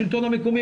השלטון המקומי,